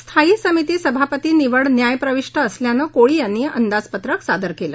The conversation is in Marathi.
स्थायी समिती सभापती निवड न्यायप्रविष्ठ असल्यानं कोळी यांनी अंदाजपत्रक सादर केले